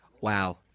Wow